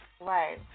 Right